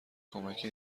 کمکی